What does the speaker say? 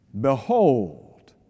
Behold